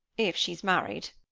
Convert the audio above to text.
if she's married.